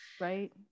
right